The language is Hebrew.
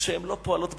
שהן לא פועלות במציאות,